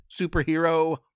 superhero